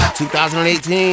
2018